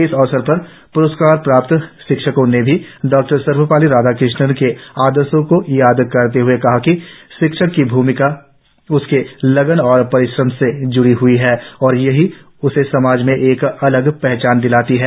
इस अवसर पर प्रस्कार प्राप्त शिक्षकों ने भी स्वर्गीय सर्वपल्ली राधाकृष्णन के आदर्शो को याद करते हए कहा कि शिक्षक की भूमिका उसके लगन और परिश्रम से जुड़ी हुई है और यही उसे समाज में एक अलग पहचान दिलाता है